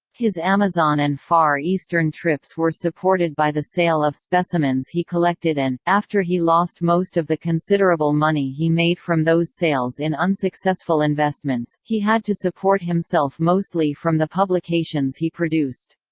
his amazon and far eastern trips were supported by the sale of specimens he collected and, after he lost most of the considerable money he made from those sales in unsuccessful investments, he had to support himself mostly from the publications he produced.